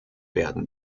werden